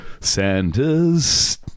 Santa's